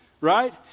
right